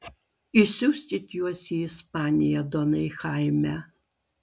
išsiųskit juos į ispaniją donai chaime